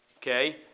Okay